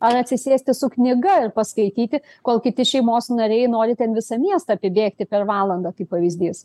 ar atsisėsti su knyga ir paskaityti kol kiti šeimos nariai nori ten visą miestą apibėgti per valandą kaip pavyzdys